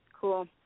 Cool